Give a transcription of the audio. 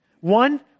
One